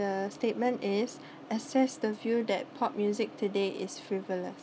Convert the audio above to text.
the statement is assess the view that pop music today is frivolous